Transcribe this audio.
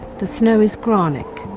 the snow is qanik.